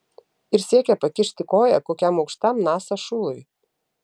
ir siekia pakišti koją kokiam aukštam nasa šului